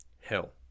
Hell